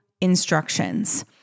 instructions